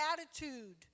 attitude